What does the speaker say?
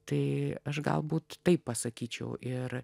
tai aš galbūt taip pasakyčiau ir